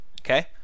Okay